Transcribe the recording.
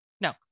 No